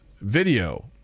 video